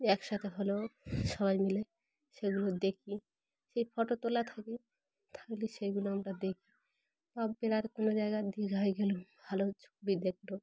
একসাথে হালো সবাই মিলে সেগুলো দেখি সেই ফটো তোলা থাকে থাকলে সেইগুলো আমরা দেখি বা বেড়ার কোনো জায়গার দীঘায় গেলো ভালো ছবি দেখলো